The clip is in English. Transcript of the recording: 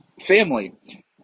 family